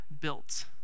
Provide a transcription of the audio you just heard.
built